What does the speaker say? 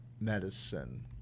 medicine